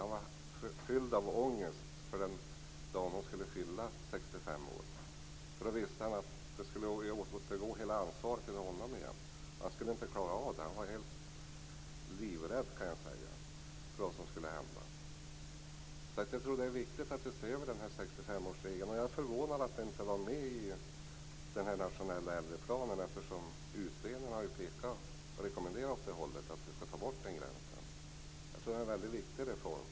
Han var fylld av ångest för den dag då hon skulle fylla 65 år. Då visste han att hela ansvaret skulle återgå till honom igen. Han skulle inte klara av det. Han var livrädd för det som skulle hända. Jag tror att det är viktigt att vi ser över 65 årsregeln. Jag är förvånad över att den inte var med i den nationella äldreplanen, eftersom utredningen har rekommenderat att vi skall ta bort den gränsen. Jag tror att det är en mycket viktig reform.